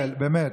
מיכאל, באמת.